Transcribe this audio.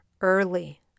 early